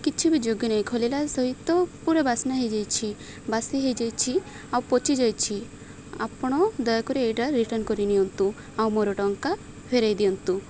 କିଛି ବି ଯୋଗ୍ୟ ନାହିଁ ଖୋଲିଲା ସହିତ ପୁରା ବାସ୍ନା ହେଇଯାଇଛି ବାସି ହେଇଯାଇଛି ଆଉ ପଚିଯାଇଛି ଆପଣ ଦୟାକରି ଏଇଟା ରିଟର୍ଣ୍ଣ କରି ନିଅନ୍ତୁ ଆଉ ମୋର ଟଙ୍କା ଫେରାଇ ଦିଅନ୍ତୁ